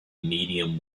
medium